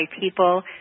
people